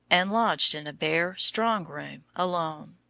and lodged in a bare, strong room alone.